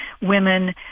women